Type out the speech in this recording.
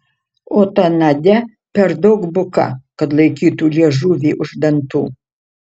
o ta nadia per daug buka kad laikytų liežuvį už dantų